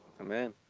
Amen